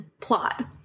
plot